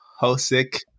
Hosick